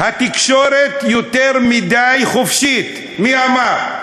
"התקשורת יותר מדי חופשית" מי אמר?